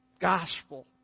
gospel